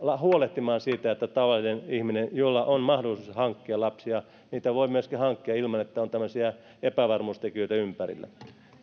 huolehtimaan siitä että tavallinen ihminen jolla on mahdollisuus hankkia lapsia niitä myöskin voi hankkia ilman että on tämmöisiä epävarmuustekijöitä ympärillä